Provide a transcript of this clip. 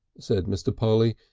said mr. polly,